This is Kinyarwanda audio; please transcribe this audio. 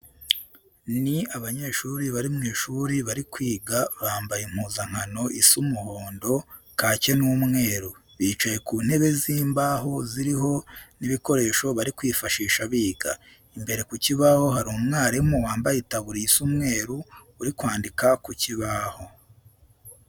Ni abanyeshuri bari mu ishuri bari kwiga, bambaye impuzankano isa umuhondo, kake n'umweru. Bicaye ku ntebe z'imbaho ziriho n'ibikoresho bari kwifashisha biga. Imbere ku kibaho hari umwarimu wambaye itaburiya isa umweru uri kwandika ku kibaho.